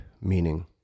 meaning